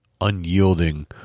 Unyielding